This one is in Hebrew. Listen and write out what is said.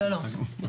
לא, לא.